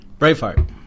Braveheart